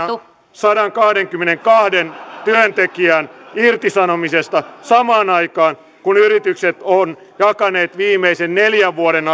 sadankahdenkymmenenkahden työntekijän irtisanomisesta samaan aikaan kun yritykset ovat jakaneet viimeisen neljän vuoden